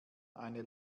eine